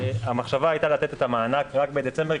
המחשבה הייתה לתת את המענק רק בדצמבר,